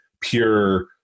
pure